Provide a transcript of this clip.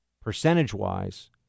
percentage-wise